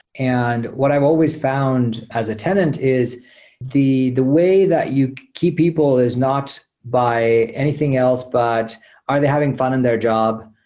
and what i've always found as a tenant is the the way that you keep people is not by anything else, but are they having fun in their job?